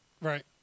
Right